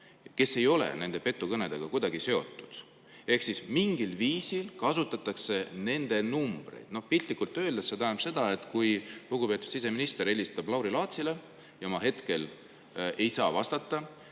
kes ei ole nende petukõnedega kuidagi seotud. Ehk mingil viisil kasutatakse nende numbreid. Piltlikult öeldes tähendab see seda, et kui lugupeetud siseminister helistab [mulle], Lauri Laatsile, aga ma hetkel ei saa vastata,